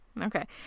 Okay